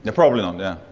and probably not, yeah.